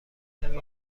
کمی